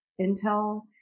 intel